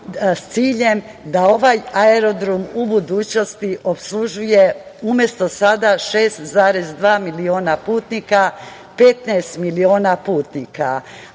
da ovaj aerodrom u budućnosti opslužuje umesto sada 6,2 miliona putnika, 15 miliona putnika. Aerodrom